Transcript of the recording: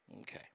Okay